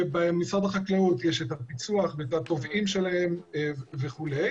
במשרד החקלאות יש את הפיצו"ח ואת התובעים שלהם וכו'.